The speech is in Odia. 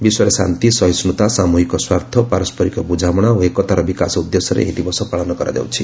ବିଶ୍ୱରେ ଶାନ୍ତି ସହିଷ୍ଣୁତା ସାମୃହିକ ସ୍ୱାର୍ଥ ପାରଷ୍କରିକ ବୁଝାମଣା ଓ ଏକତାର ବିକାଶ ଉଦ୍ଦେଶ୍ୟରେ ଏହି ଦିବସ ପାଳନ କରାଯାଉଛି